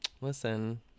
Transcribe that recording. Listen